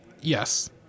Yes